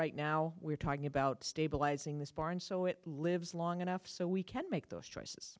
right now we're talking about stabilizing this barn so it lives long enough so we can make those choices